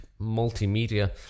multimedia